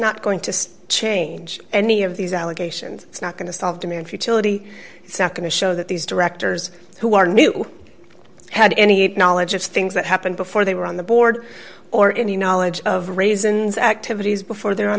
not going to change any of these allegations it's not going to solve them in futility it's not going to show that these directors who are new had any knowledge of things that happened before they were on the board or any knowledge of raisins activities before they're on